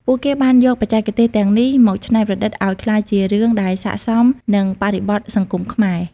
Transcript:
ពួកគេបានយកបច្ចេកទេសទាំងនេះមកច្នៃប្រឌិតឲ្យក្លាយជារឿងដែលស័ក្តិសមនឹងបរិបទសង្គមខ្មែរ។